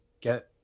get